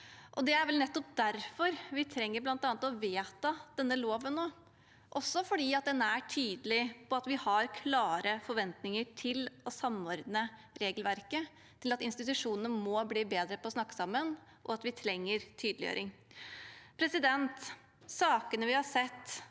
Det er vel nettopp derfor vi trenger å vedta denne loven nå, også fordi den er tydelig på at vi har klare forventninger til å samordne regelverket, til at institusjonene må bli bedre til å snakke sammen, og at vi trenger tydeliggjøring. Sakene vi har sett,